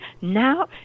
now